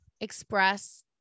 Express